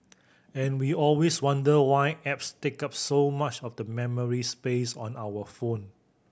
and we always wonder why apps take up so much of the memory space on our phone